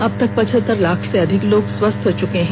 अब तक पचहत्तर लाख से अधिक लोग स्वस्थ हो चुके हैं